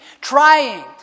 trying